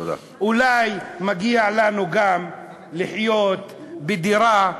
אולי מגיע לנו גם לחיות בדירה,